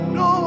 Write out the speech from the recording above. no